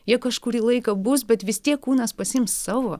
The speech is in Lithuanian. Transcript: jie kažkurį laiką bus bet vis tiek kūnas pasiims savo